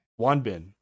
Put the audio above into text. Wanbin